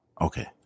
Okay